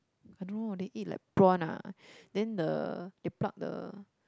I don't know they eat like prawn ah then the they pluck the